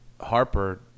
Harper